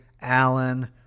Allen